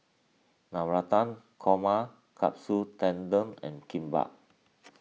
Navratan Korma Katsu Tendon and Kimbap